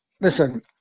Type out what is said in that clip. Listen